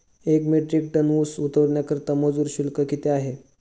एक metric ton ऊस उतरवण्याकरता मजूर शुल्क किती आहे?